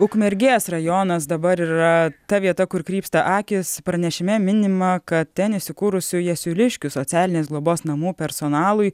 ukmergės rajonas dabar yra ta vieta kur krypsta akys pranešime minima kad ten įsikūrusio jasiuliškių socialinės globos namų personalui